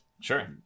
Sure